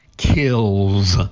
Kills